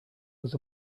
was